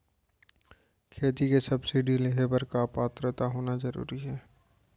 खेती के सब्सिडी लेहे बर का पात्रता होना जरूरी हे?